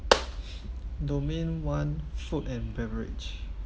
domain one food and beverage